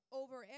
over